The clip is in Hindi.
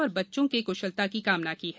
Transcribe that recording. और बच्चों की क्शलता की कामना की है